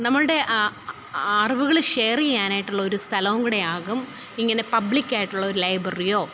നമ്മളുടെ അറിവുകൾ ഷെയറ് ചെയ്യാനായിട്ടുള്ള ഒരു സ്ഥലവും കൂടെയാകും ഇങ്ങനെ പബ്ലിക് ആയിട്ടുള്ള ലൈബ്രറിയോ